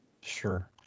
Sure